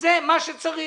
זה מה שצריך.